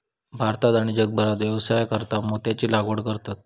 भारतात आणि जगभरात व्यवसायासाकारता मोत्यांची लागवड करतत